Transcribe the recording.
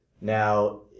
Now